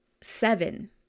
seven